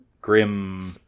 Grim